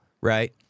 right